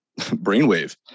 brainwave